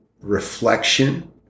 reflection